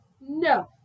No